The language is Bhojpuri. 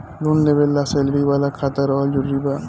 लोन लेवे ला सैलरी वाला खाता रहल जरूरी बा?